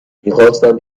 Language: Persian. میخواستم